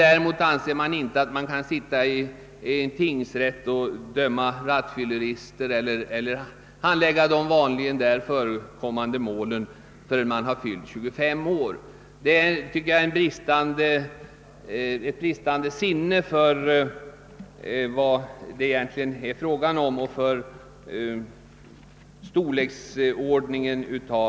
Däremot kan han inte sitta i tingsrätt och döma rattfyllerister eller handlägga de andra där förekommande målen förrän han fyllt 25 år. Det tyder på ett bristande sinne för relationer. Herr talman!